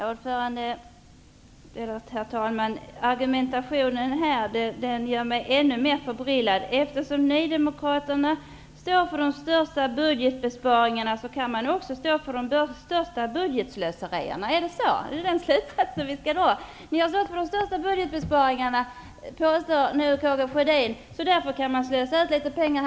Herr talman! Den argumentation som Karl Gustaf Sjödin för fram nu gör mig ännu mer förbryllad. Eftersom Nydemokraterna står för de största budgetbesparingarna kan de också stå för det största slöseriet -- är det den slutsatsen vi skall dra? Ny demokrati står för de största budgetbesparingarna, påstår Karl Gustaf Sjödin, och därför kan han slösa litet med pengar.